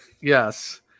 Yes